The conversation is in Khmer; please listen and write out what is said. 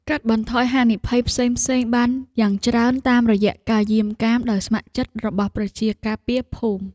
កាត់បន្ថយហានិភ័យផ្សេងៗបានយ៉ាងច្រើនតាមរយៈការយាមកាមដោយស្ម័គ្រចិត្តរបស់ប្រជាការពារភូមិ។